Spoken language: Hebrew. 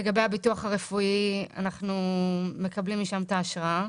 לגבי הביטוח הרפואי אנחנו מקבלים משם את האשרה,